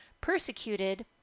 persecuted